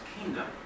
kingdom